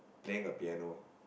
playing a piano